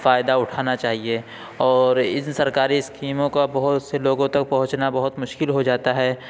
فائدہ اٹھانا چاہیے اور ان سرکاری اسکیموں کو بہت سے لوگوں تک پہنچنا بہت مشکل ہو جاتا ہے